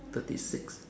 thirty six